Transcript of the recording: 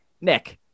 Nick